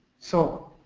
so